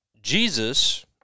Jesus